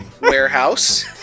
warehouse